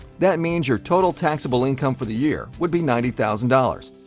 that means your total taxable income for the year would be ninety thousand dollars,